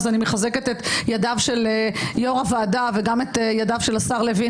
אז אני מחזקת את ידיו של יושב-ראש הוועדה וגם את ידיו של השר לוין,